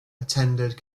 attended